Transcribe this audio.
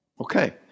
okay